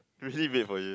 really made for you